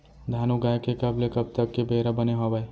धान उगाए के कब ले कब तक के बेरा बने हावय?